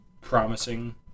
promising